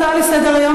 בכנסת הזאת.